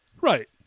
Right